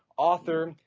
author,